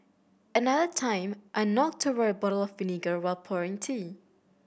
another time I knocked over a bottle of vinegar while pouring tea